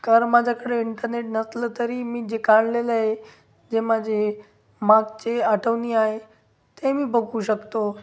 car माझ्याकडे internet नसलं तरी मी जे काढलेलंय जे माझे मागचे आठवनी आहे ते मी बघू शकतो